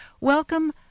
Welcome